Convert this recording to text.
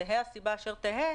תהא הסיבה אשר תהא,